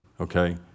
Okay